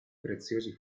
preziosi